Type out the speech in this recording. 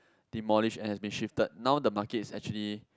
demolished and has been shifted now the markets actually